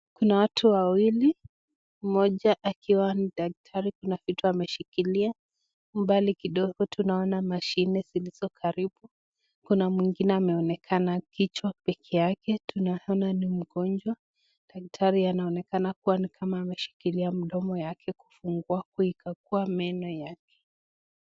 Kuna watu wawili. Mmoja akiwa ni daktari kuna vitu ameshikilia. Mbali kidogo tunaona mashine zilizokaribu. Kuna mwingine ameonekana kichwa peke yake. Tunaona ni mgonjwa. Daktari anaonekana kuwa ni kama ameshikilia mdomo yake kufungua kuikagua meno yake.